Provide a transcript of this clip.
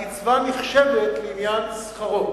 הקצבה נחשבת לעניין שכרו.